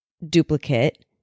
duplicate